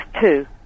two